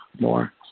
more